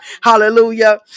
hallelujah